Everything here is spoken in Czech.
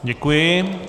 Děkuji.